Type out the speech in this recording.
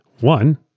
one